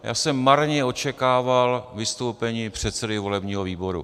Já jsem marně očekával vystoupení předsedy volebního výboru.